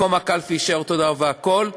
מקום הקלפי יישאר אותו דבר והכול,